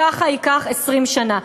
ככה ייקח 20 שנה.